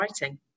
writing